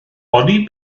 oni